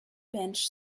bench